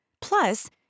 Plus